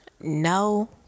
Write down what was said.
no